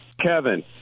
kevin